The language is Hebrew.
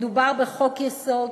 מדובר בחוק-יסוד